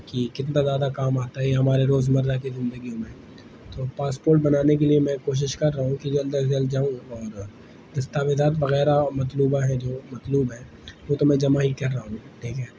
کہ کتنا زیادہ کام آتا ہے یہ ہمارے روز مرہ کی زندگی میں تو پاسپوٹ بنانے کے لیے میں کوشش کر رہا ہوں کہ جلد از جلد جاؤں اور دستاویزات وغیرہ مطلوبہ ہیں جو مطلوب ہیں وہ تو میں جمع ہی کر رہا ٹھیک ہے